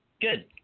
Good